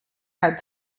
had